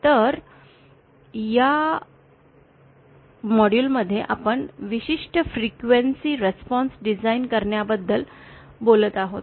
तर या मॉड्यूलमध्ये आपण विशिष्ट फ्रीक्वन्सी रिस्पॉन्स डिझाइन करण्याबद्दल बोलत आहोत